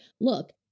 look